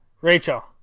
Rachel